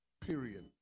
period